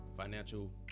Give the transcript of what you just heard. financial